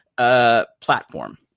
Platform